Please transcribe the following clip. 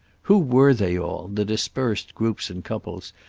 who were they all, the dispersed groups and couples,